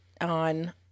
on